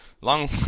long